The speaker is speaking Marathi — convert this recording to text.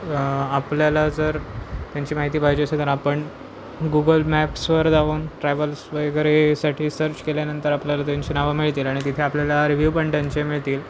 आपल्याला जर त्यांची माहिती पाहिजे असेल तर आपण गुगल मॅप्सवर जाऊन ट्रॅव्हल्स वगैरेसाठी सर्च केल्यानंतर आपल्याला त्यांची नावं मिळतील आणि तिथे आपल्याला रिव्ह्यू पण त्यांचे मिळतील